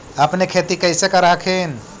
अपने खेती कैसे कर हखिन?